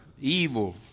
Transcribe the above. evil